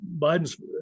Biden's